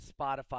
Spotify